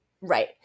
Right